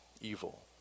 evil